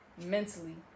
mentally